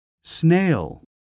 Snail